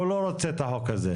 הוא לא רוצה את החוק הזה.